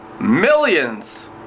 millions